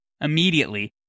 Immediately